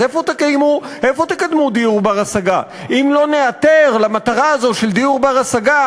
אז איפה תקדמו דיור בר-השגה אם לא נאתר למטרה הזאת של דיור בר-השגה